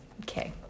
okay